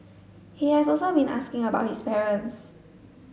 he has also been asking about his parents